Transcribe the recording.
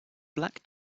black